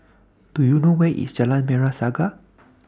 Do YOU know Where IS Jalan Merah Saga